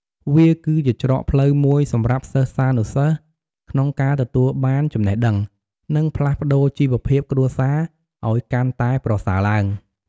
វាគឺជាច្រកផ្លូវមួយសម្រាប់សិស្សានុសិស្សក្នុងការទទួលបានចំណេះដឹង និងផ្លាស់ប្តូរជីវភាពគ្រួសារឱ្យកាន់តែប្រសើរឡើង។